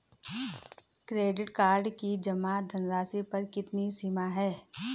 Credit card की जमा धनराशि पर कितनी सीमा है?